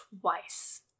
twice